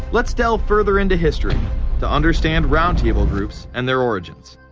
let's delve further into history to understand round table groups and their origins.